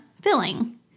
filling